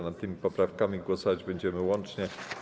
Nad tymi poprawkami głosować będziemy łącznie.